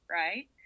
right